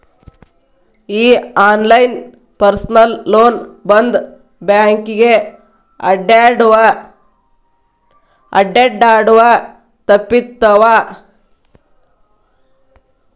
ಈ online personal loan ಬಂದ್ ಬ್ಯಾಂಕಿಗೆ ಅಡ್ಡ್ಯಾಡುದ ತಪ್ಪಿತವ್ವಾ